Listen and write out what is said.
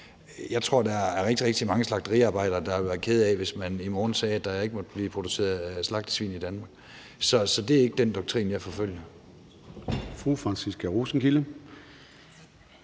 Jeg tror, at der er rigtig, rigtig mange slagteriarbejdere, der vil være kede af, hvis man i morgen sagde, at der ikke måtte blive produceret slagtesvin i Danmark. Så det er ikke den doktrin, jeg forfølger.